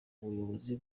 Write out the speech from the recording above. ubuyobozi